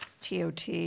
TOT